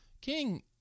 King